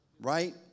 right